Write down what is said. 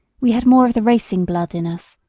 we had more of the racing blood in us.